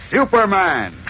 Superman